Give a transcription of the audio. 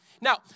Now